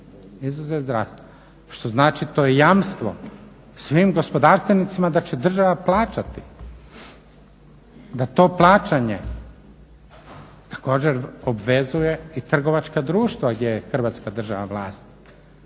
izuzev zdravstva, što znači to je jamstvo svim gospodarstvenicima da će država plaćati, da to plaćanje također obvezuje i trgovačka društva gdje je Hrvatska država vlasnik.